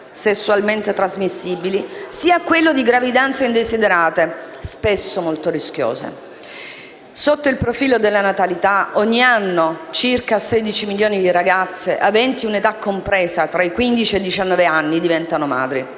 sessualmente trasmissibili, sia di gravidanze indesiderate, spesso molto rischiose. Sotto il profilo della natalità, ogni anno circa 16 milioni di ragazze aventi un'età compresa tra i quindici e i diciannove anni diventano madri,